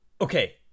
Okay